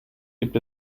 gibt